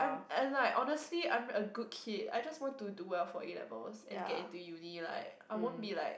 and like honestly I'm a good kid I just want to do well for A-levels and get into uni like I won't be like